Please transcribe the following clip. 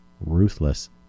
Ruthless